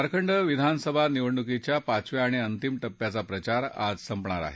झारखंड विधानसभा निवडणूकीच्या पाचव्या आणि अंतिम टप्प्याचा प्रचार आज संपणार आहे